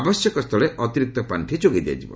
ଆବଶ୍ୟକସ୍ଥଳେ ଅତିରିକ୍ତ ପାର୍ଷି ଯୋଗାଇ ଦିଆଯିବ